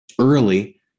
early